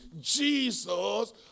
Jesus